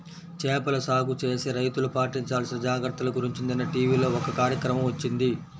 చేపల సాగు చేసే రైతులు పాటించాల్సిన జాగర్తల గురించి నిన్న టీవీలో ఒక కార్యక్రమం వచ్చింది